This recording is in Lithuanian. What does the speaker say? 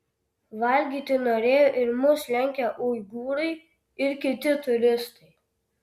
valgyti norėjo ir mus lenkę uigūrai ir kiti turistai